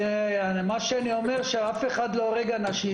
מה שאני אומר, שאף אחד לא הורג אנשים.